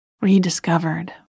rediscovered